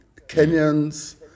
Kenyans